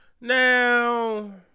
Now